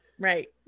right